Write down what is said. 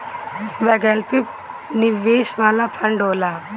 वैकल्पिक निवेश वाला फंड होला